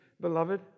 beloved